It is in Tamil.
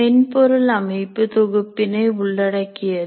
மென்பொருள் அமைப்பு தொகுப்பிணை உள்ளடக்கியது